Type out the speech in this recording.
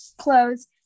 clothes